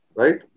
right